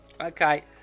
Okay